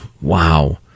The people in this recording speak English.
Wow